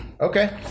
okay